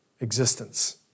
existence